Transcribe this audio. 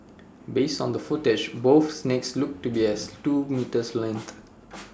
based on the footage both snakes looked to be as at least two metres in length